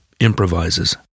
improvises